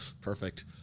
Perfect